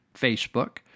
Facebook